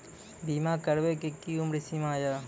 बीमा करबे के कि उम्र सीमा या?